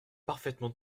parfaitement